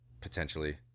potentially